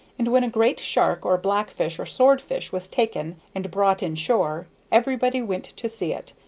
and when a great shark or black-fish or sword-fish was taken and brought in shore, everybody went to see it,